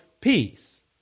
peace